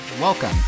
Welcome